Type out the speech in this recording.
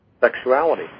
sexuality